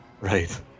Right